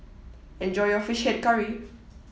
enjoy your fish head curry